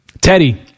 Teddy